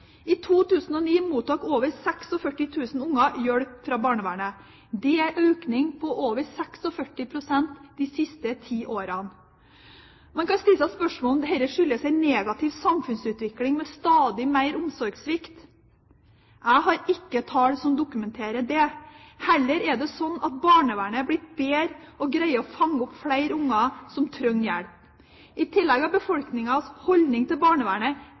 I 2009 mottok over 46 000 barn hjelp fra barnevernet. Det er en økning på over 46 pst. de siste ti årene. Man kan stille seg spørsmål om dette skyldes en negativ samfunnsutvikling med stadig mer omsorgssvikt. Jeg har ikke tall som dokumenterer det. Heller er det slik at barnevernet er blitt bedre og greier å fange opp flere barn som trenger hjelp. I tillegg har befolkningens holdning til barnevernet